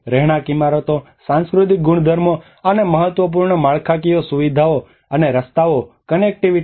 રહેણાંક ઇમારતો સાંસ્કૃતિક ગુણધર્મો અને મહત્વપૂર્ણ માળખાકીય સુવિધાઓ અને રસ્તાઓ અને કનેક્ટિવિટી